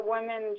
women